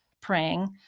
praying